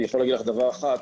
אני יכול להגיד לך דבר אחד,